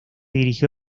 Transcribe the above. dirigió